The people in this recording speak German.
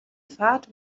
fahrt